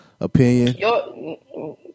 opinion